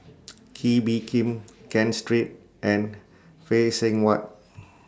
Kee Bee Khim Ken Seet and Phay Seng Whatt